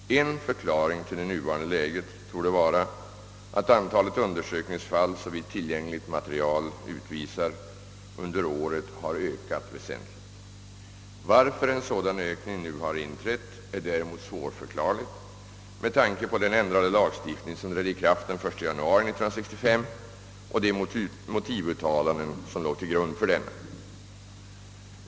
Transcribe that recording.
En förklaring till det nuvarande läget torde vara att antalet undersökningsfall, såvitt tillgängligt material utvisar, under året har ökat väsentligt. Varför en sådan ökning nu har inträtt, är däremot svårförklarligt med tanke på den ändrade lagstiftning, som trädde i kraft den 1 januari 1965, och de motivuttalanden som låg till grund för denna.